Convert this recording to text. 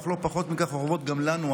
אך לא פחות מכך אורבות גם לנו,